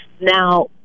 now